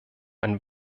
ein